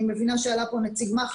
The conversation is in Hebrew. אני מבינה שעלה פה נציג מח"ש.